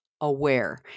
aware